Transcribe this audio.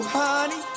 honey